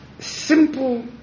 simple